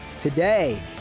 Today